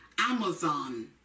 Amazon